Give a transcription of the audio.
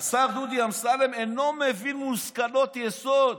השר דודי אמסלם אינו מבין מושכלות יסוד,